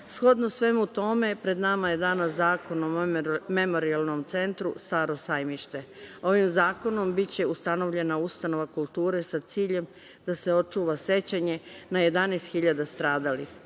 itd. Shodno svemu tome, pred nama je danas zakon o Memorijalnom centru „Staro Sajmište“. Ovim zakonom biće ustanovljena ustanova kulture sa ciljem da se očuva sećanje na 11.000 stradalih,